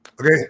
Okay